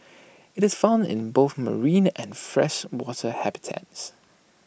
IT is found in both marine and freshwater habitats